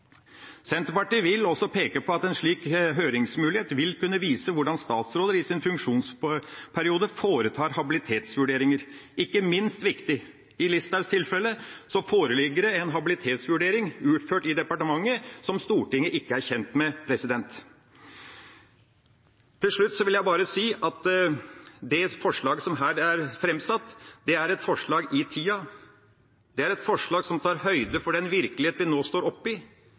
Senterpartiet vil også peke på at en slik høringsmulighet vil kunne vise hvordan statsråder i sin funksjonsperiode foretar habilitetsvurderinger – ikke minst viktig. I Listhaugs tilfelle foreligger det en habilitetsvurdering utført i departementet som Stortinget ikke er kjent med. Til slutt vil jeg bare si at det forslaget som her er framsatt, er et forslag i tida. Det er et forslag som tar høyde for den virkelighet vi nå står oppe i, nemlig den virkelighet at flere går fra slike First House-firmaer og inn i